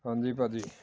ਹਾਂਜੀ ਭਾਅ ਜੀ